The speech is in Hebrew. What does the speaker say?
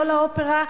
לא לאופרה,